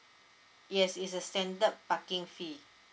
yes it's a standard parking fee